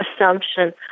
assumption